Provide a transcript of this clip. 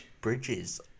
bridges